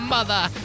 Mother